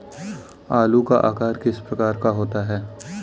आलू का आकार किस प्रकार का होता है?